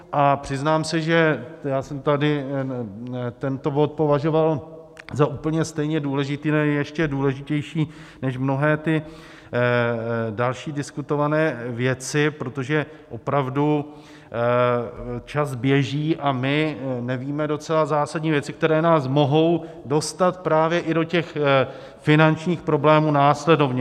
A přiznám se, že já jsem tady tento bod považoval za úplně stejně důležitý, neli ještě důležitější než mnohé ty další diskutované věci, protože opravdu čas běží a my nevíme docela zásadní věci, které nás mohou dostat právě i do těch finančních problémů následovně.